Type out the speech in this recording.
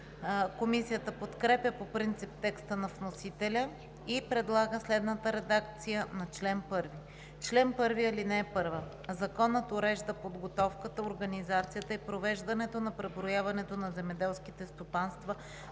Комисията подкрепя по принцип текста на вносителя и предлага следната редакция на чл. 1: „Чл. 1. (1) Законът урежда подготовката, организацията и провеждането на преброяването на земеделските стопанства